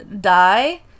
die